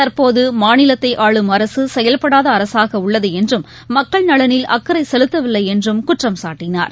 தற்போதுமாநிலத்தைஆளும் அரசுசெயல்படாதஅரசாகஉள்ளதுஎன்றும் மக்கள் நலனில் அக்கறைசெலுத்தவில்லைஎன்றும் குற்றம் சாட்டினார்